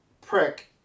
prick